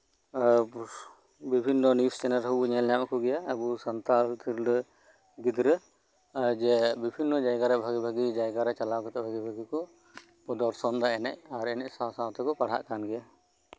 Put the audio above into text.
ᱟᱨ ᱵᱤᱵᱷᱤᱱᱱᱚ news channel ᱨᱮᱦᱚᱸ ᱵᱚᱱ ᱧᱮᱞ ᱧᱟᱢ ᱮᱫ ᱠᱚᱜᱮᱭᱟ ᱟᱵᱚ ᱥᱟᱱᱛᱟᱲ ᱛᱤᱨᱞᱟᱹ ᱜᱤᱫᱨᱟᱹ ᱡᱮ ᱵᱤᱵᱷᱤᱱᱱᱚ ᱡᱟᱭᱜᱟ ᱨᱮ ᱵᱷᱟᱹᱜᱤ ᱵᱷᱟᱹᱜᱤ ᱡᱟᱭᱜᱟ ᱨᱮ ᱪᱟᱞᱟᱣ ᱠᱟᱛᱮᱫᱫ ᱵᱷᱟᱹᱜᱤ ᱵᱷᱟᱹᱜᱤ ᱠᱚ ᱯᱚᱫᱚᱨᱥᱚᱱ ᱫᱟ ᱮᱱᱮᱡ ᱟᱨ ᱮᱱᱮ ᱡ ᱥᱟᱶ ᱥᱟᱶᱛᱮᱠᱚ ᱯᱟᱲᱦᱟᱜ ᱠᱟᱱ ᱜᱮᱭᱟ